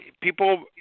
people